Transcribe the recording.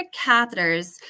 catheters